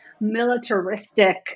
militaristic